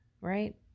right